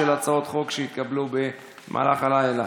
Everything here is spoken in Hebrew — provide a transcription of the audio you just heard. מספר רב של הצעות חוק התקבלו במהלך הלילה.